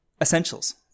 essentials